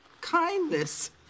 kindness